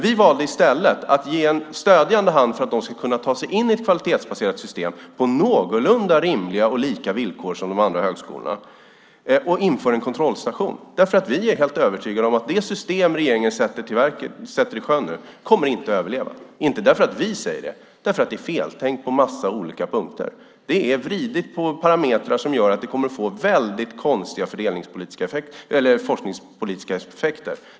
Vi valde att i stället ge en stödjande hand för att de skulle kunna ta sig in i ett kvalitetsbaserat system på någorlunda rimliga villkor som liknar de andra högskolornas, så vi inför en kontrollstation. Vi är helt övertygade om att det system som regeringen sätter i sjön inte kommer att överleva, inte för att vi säger det utan för att det är feltänkt på en massa olika punkter. Man har vridit på parametrar som gör att man kommer att få väldigt konstiga forskningspolitiska effekter.